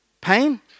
pain